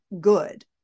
good